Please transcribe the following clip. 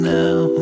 now